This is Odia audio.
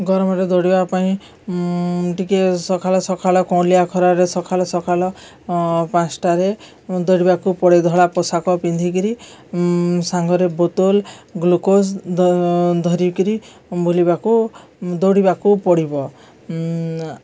ଗରମରେ ଦୌଡ଼ିବା ପାଇଁ ଟିକେ ସଖାଳ ସଖାଳ କଁଲିଆ ଖରାରେ ସଖାଲ ସଖାଲ ପାଞ୍ଚଟାରେ ଦୌଡ଼ିବାକୁ ପଡ଼େ ଧଳା ପୋଷାକ ପିନ୍ଧିକିରି ସାଙ୍ଗରେ ବୋତଲ ଗ୍ଲୁକୋଜ ଧରିକିରି ବୁଲିବାକୁ ଦୌଡ଼ିବାକୁ ପଡ଼ିବ